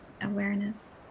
awareness